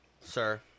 sir